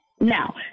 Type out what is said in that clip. Now